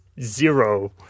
zero